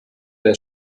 der